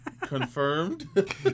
confirmed